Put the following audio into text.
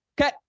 Okay